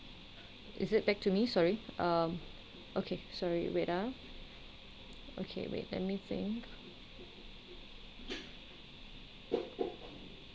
is it back to me sorry um okay sorry wait ah okay wait let me think